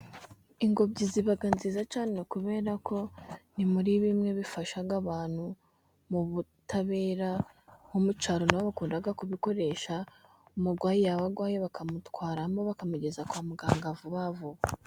Ingobyi ziba nziza cyane kubera ko ni muri bimwe bifasha abantu mu butabera, nko mu cyaro nibo bakunda kubikoresha, umurwayi yaba arwaye bakamutwaramo, bakamugeza kwa muganga vuba vuba.